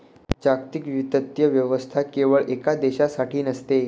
जागतिक वित्तीय व्यवस्था केवळ एका देशासाठी नसते